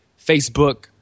Facebook